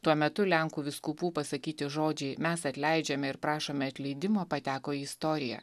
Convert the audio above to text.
tuo metu lenkų vyskupų pasakyti žodžiai mes atleidžiame ir prašome atleidimo pateko į istoriją